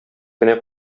кенә